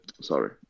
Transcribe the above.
sorry